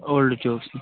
old چوکس نِش